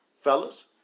fellas